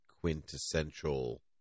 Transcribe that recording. quintessential